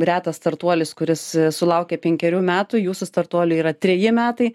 retas startuolis kuris sulaukia penkerių metų jūsų startuoliui yra treji metai